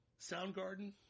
Soundgarden